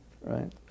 right